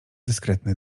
dyskretny